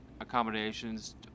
accommodations